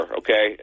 okay